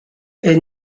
est